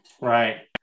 Right